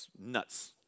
nuts